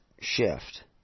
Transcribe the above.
shift